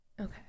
Okay